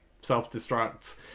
self-destruct